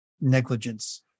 negligence